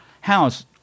house